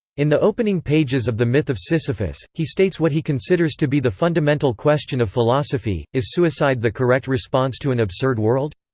in the opening pages of the myth of sisyphus, he states what he considers to be the fundamental question of philosophy is suicide the correct response to an absurd world?